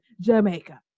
Jamaica